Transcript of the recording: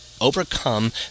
overcome